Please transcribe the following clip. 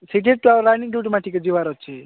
ସିଡ଼ିଟା ଲାଇନି ଡୁଡୁମା ଟିକେ ଯିବାର ଅଛି